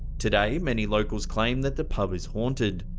today, many locals claim that the pub is haunted.